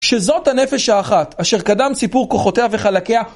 שזאת הנפש האחת אשר קדם סיפור כוחותיה וחלקיה.